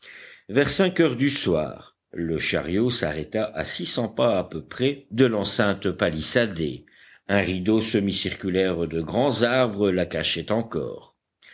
vers cinq heures du soir le chariot s'arrêta à six cents pas à peu près de l'enceinte palissadée un rideau semi-circulaire de grands arbres la cachait encore